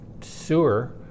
sewer